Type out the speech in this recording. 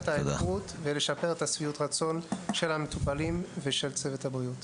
ההכשרה והרישוי הנדרשים לצורך העיסוק במקצוע,